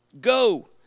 Go